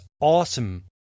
awesome